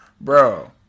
Bro